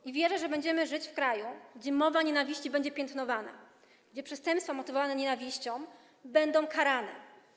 I wierzę, że będziemy żyć w kraju, gdzie mowa nienawiści będzie piętnowana, gdzie przestępstwa motywowane nienawiścią będą karane.